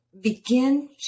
begin